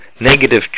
negative